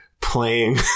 playing